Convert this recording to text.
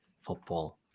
football